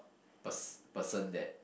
pers~ person that